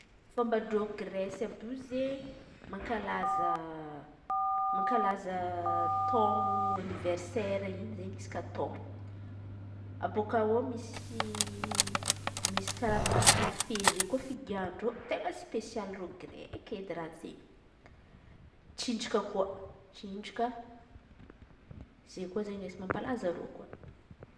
fomban-dreo Gresy àby io zey mankalaza mankalaza taôno aniversera in̈y isaka taôna. Abôaka eo misy misy Karazan̈a kafe zey koa figahan-dreo ten̈a spesialy ndreo Gresy eky edy raha zey. Tsinjaka koa, tsinjaka izen̈y koa raha mampalaza reo koa.